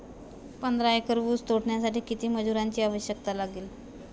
पंधरा एकर ऊस तोडण्यासाठी किती मजुरांची आवश्यकता लागेल?